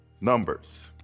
numbers